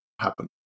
happen